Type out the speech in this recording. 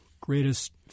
greatest